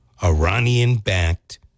Iranian-backed